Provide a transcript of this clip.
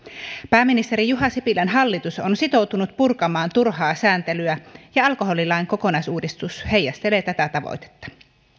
pääministeri juha sipilän hallitus on sitoutunut purkamaan turhaa sääntelyä ja alkoholilain kokonaisuudistus heijastelee tätä tavoitetta